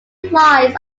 lies